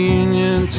union